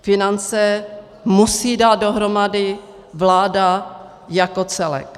Finance musí dát dohromady vláda jako celek.